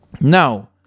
Now